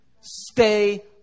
Stay